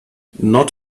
not